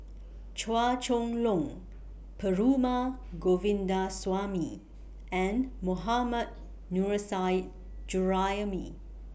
Chua Chong Long Perumal Govindaswamy and Mohammad Nurrasyid Juraimi